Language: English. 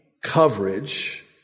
coverage